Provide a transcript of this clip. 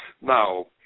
Now